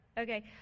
Okay